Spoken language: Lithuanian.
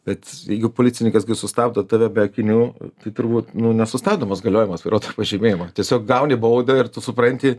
bet juk policininkas gi sustabdo tave be akinių tai turbūt nesustabdomas galiojimas vairuotojo pažymėjimo tiesiog gauni baudą ir tu supranti